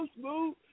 Smooth